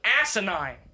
asinine